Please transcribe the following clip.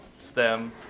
STEM